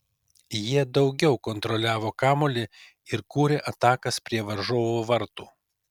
jie daugiau kontroliavo kamuolį ir kūrė atakas prie varžovų vartų